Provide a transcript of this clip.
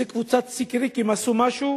איזו קבוצת סיקריקים עשו משהו.